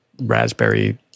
raspberry